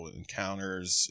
encounters